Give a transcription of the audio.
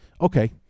okay